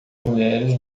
mulheres